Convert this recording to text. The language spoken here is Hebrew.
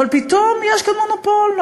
אבל פתאום יש כאן מונופול,